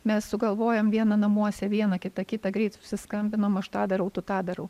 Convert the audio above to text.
mes sugalvojom vieną namuose viena kita kitą greit susiskambinom aš tą darau tu tą darau